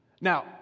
Now